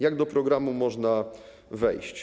Jak do programu można wejść?